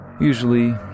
Usually